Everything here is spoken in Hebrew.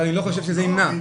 אבל אני לא חושב שזה ימנע.